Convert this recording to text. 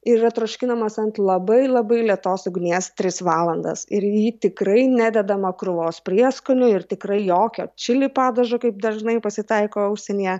yra troškinamas ant labai labai lėtos ugnies tris valandas ir į jį tikrai nededama krūvos prieskonių ir tikrai jokio čili padažo kaip dažnai pasitaiko užsienyje